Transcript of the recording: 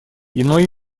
иной